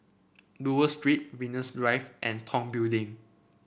Buroh Street Venus Drive and Tong Building